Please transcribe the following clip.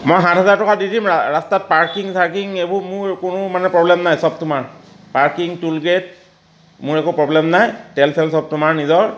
মই সাত হাজাৰ টকা দি দিম ৰাস্তাত পাৰ্কিং চাৰ্কিং এইবোৰ মোৰ কোনো মানে প্ৰব্লেম নাই চব তোমাৰ পাৰ্কিং টোলগেট মোৰ একো প্ৰব্লেম নাই তেল চেল চব তোমাৰ নিজৰ